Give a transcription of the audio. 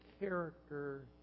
character